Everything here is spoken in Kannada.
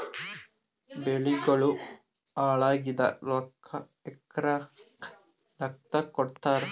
ಬೆಳಿಗೋಳ ಹಾಳಾಗಿದ ರೊಕ್ಕಾ ಎಕರ ಲೆಕ್ಕಾದಾಗ ಕೊಡುತ್ತಾರ?